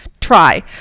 try